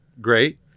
Great